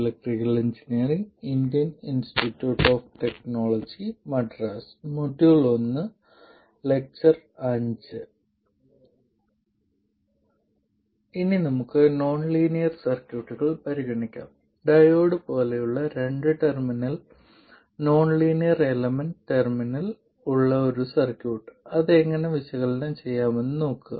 ഇനി നമുക്ക് നോൺലീനിയർ സർക്യൂട്ടുകൾ പരിഗണിക്കാം ഡയോഡ് പോലെയുള്ള രണ്ട് ടെർമിനൽ നോൺലീനിയർ എലമെന്റ് ഉള്ള ഒരു സർക്യൂട്ട് അത് എങ്ങനെ വിശകലനം ചെയ്യാമെന്ന് നോക്കുക